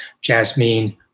Jasmine